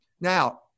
now